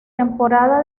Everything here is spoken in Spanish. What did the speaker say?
temporada